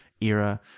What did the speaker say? era